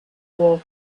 wore